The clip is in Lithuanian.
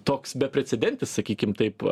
toks beprecedentis sakykim taip